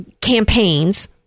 campaigns